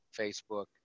Facebook